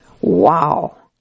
Wow